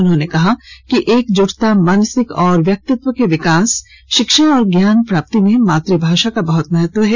उन्होंने कहा है कि एकजुटता मानसिक और व्यक्तित्व के विकास शिक्षा और ज्ञान प्राप्ति में मात्रभाषा का बहुत महत्व है